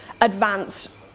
advance